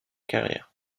carrière